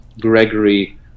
Gregory